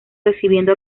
recibiendo